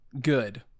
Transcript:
good